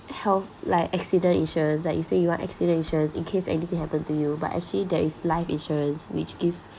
health like accident insurance that you say you want accident insurance in case anything happen to you but actually there is life insurance which give